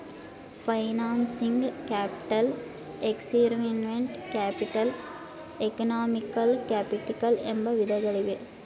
financing capital, experimental capital, economical capital ಎಂಬ ವಿಧಗಳಿವೆ